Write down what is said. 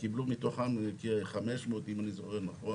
קיבלו מתוכם כ-500 אם אני זוכר נכון.